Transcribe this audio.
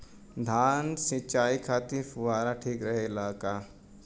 धान सिंचाई खातिर फुहारा ठीक रहे ला का?